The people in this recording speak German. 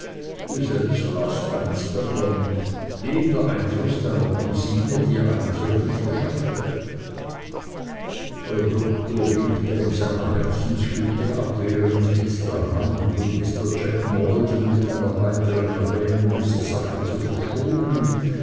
du selbst warst eins davon ehe der einfluß deiner kusine dir einen solchen verschaffte der doktor winkte in seiner herzensgüte abwehrend mit der hand um mr jack maldon mit einer weiteren erwähnung dieser sache zu verschonen